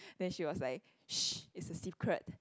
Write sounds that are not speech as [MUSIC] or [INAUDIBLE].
then she was like [NOISE] it's a secret